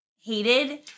hated